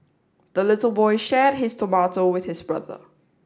the little boy shared his tomato with his brother